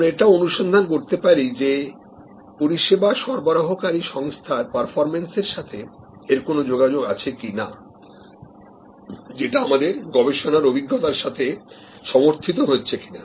আমরা এটাও অনুসন্ধান করতে পারি যে পরিষেবা সরবরাহকারী সংস্থার পারফরমেন্সের সাথে এর কোন যোগাযোগ আছে কিনা যেটা আমাদের গবেষণার অভিজ্ঞতার সাথে সমর্থিত হচ্ছে কিনা